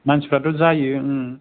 मानसिफ्राथ' जायो